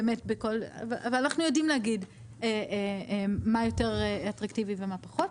אבל אנחנו יודעים להגיד מה יותר אטרקטיבי ומה פחות,